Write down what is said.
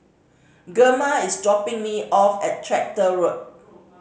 Gemma is dropping me off at Tractor Road